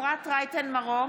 אפרת רייטן מרום,